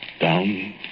Down